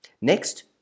next